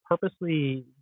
purposely